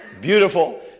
beautiful